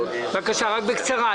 בבקשה, רק בקצרה.